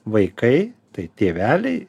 vaikai tai tėveliai